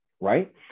right